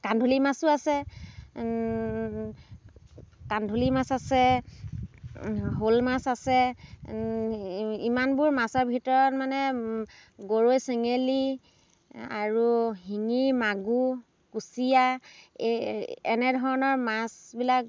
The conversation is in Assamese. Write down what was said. কান্ধুলি মাছো আছে কান্ধুলি মাছ আছে শ'ল মাছ আছে ইমানবোৰ মাছৰ ভিতৰত মানে গৰৈ চেঙেলী আৰু শিঙি মাগুৰ কুচিয়া এই এনেধৰণৰ মাছবিলাক